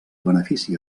benefici